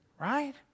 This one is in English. Right